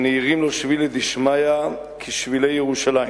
שנהירים לו שבילי דשמיא כשבילי ירושלים,